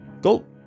Go